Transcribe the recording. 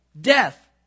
Death